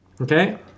Okay